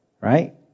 Right